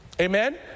amen